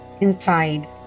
inside